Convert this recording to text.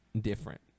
different